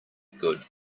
good